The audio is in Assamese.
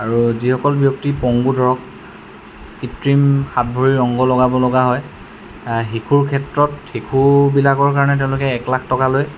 আৰু যিসকল ব্যক্তি পংগু ধৰক কৃত্ৰিম হাত ভৰি অংগ লগাব লগা হয় শিশুৰ ক্ষেত্ৰত শিশুবিলাকৰ কাৰণে তেওঁলোকে এক লাখ টকালৈ